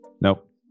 nope